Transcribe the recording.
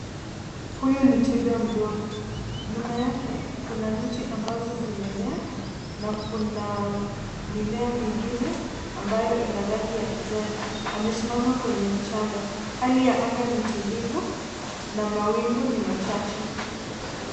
Huyu ni twiga mdogo, nyuma yake kuna miti ambazo zimemea na kuna mimea mingine ambayo ina rangi ya kijani. Amesimama kwenye mchanga, hali ya anga ni tulivu na mawingu ni machache.